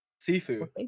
Seafood